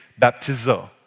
baptizo